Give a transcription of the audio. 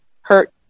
hurt